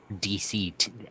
DC